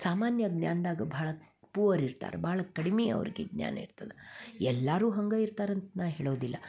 ಸಾಮಾನ್ಯ ಜ್ಞಾನ್ದಾಗ್ ಬಹಳ ಪುವರ್ ಇರ್ತಾರೆ ಭಾಳ ಕಡಿಮೆ ಅವರಿಗೆ ಜ್ಞಾನ ಇರ್ತದೆ ಎಲ್ಲಾರು ಹಂಗೆ ಇರ್ತಾರಂತ ನಾ ಹೇಳೋದಿಲ್ಲ